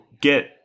get